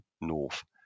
north